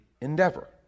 endeavor